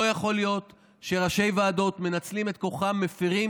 לא יכול להיות שראשי ועדות מנצלים את כוחם ומפירים